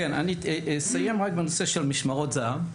כן, אני אסיים רק בנושא של משמרות זהב.